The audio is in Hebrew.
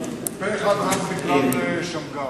פה אחד רק בגלל שמגר.